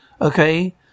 Okay